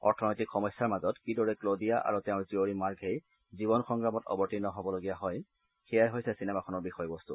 অৰ্থনৈতিক সমস্যাৰ মাজত কিদৰে ক্লডিয়া আৰু তেওঁৰ জীয়ৰী মাৰ্ঘেই জীৱন সংগ্ৰামত অৱতীৰ্ণ হ'বলগীয়া হয় সেয়াই হৈছে চিনেমাখনৰ বিষয়বস্তু